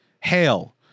hail